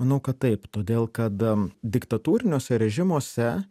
manau kad taip todėl kad diktatūriniuose režimuose